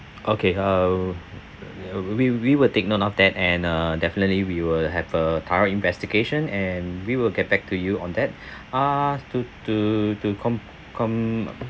okay err uh we we will take note of that and uh definitely we will have a thorough investigation and we will get back to you on that uh to to to com~ come